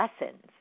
lessons